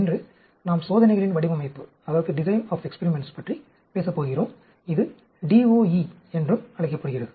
இன்று நாம் சோதனைகளின் வடிவமைப்பைப் பற்றி பேசப் போகிறோம் இது DOE என்றும் அழைக்கப்படுகிறது